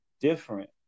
different